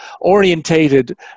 orientated